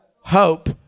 hope